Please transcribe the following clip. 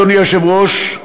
אדוני היושב-ראש,